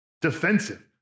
Defensive